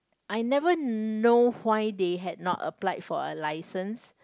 I never know why they had not applied for a licence